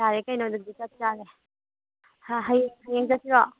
ꯌꯥꯔꯦ ꯀꯩꯅꯣ ꯑꯗꯨꯗꯤ ꯆꯞ ꯆꯥꯔꯦ ꯍꯥ ꯍꯌꯦꯡ ꯍꯌꯦꯡ ꯆꯠꯁꯤꯔꯣ